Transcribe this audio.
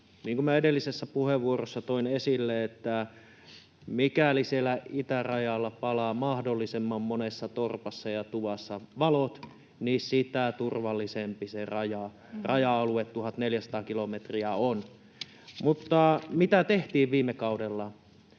kuin edellisessä puheenvuorossa toin esille, mikäli siellä itärajalla palaa mahdollisimman monessa torpassa ja tuvassa valot, niin sitä turvallisempi se raja-alue, 1 400 kilometriä, on. Mitä tehtiin viime kaudella?